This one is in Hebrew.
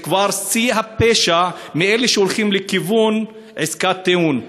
זה כבר שיא הפשע לאלה שהולכים לכיוון עסקת טיעון.